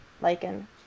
lichen